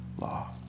law